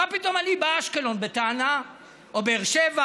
מה פתאום אני באשקלון או באר שבע